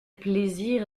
plaisir